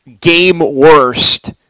game-worst